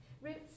Roots